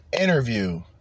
interview